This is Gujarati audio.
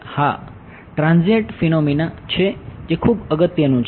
હા ટ્રાનસીયન્ટ ફીનોમીના છે જે ખુબ અગત્યનું છે